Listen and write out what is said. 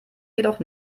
jedoch